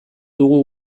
dugu